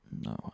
no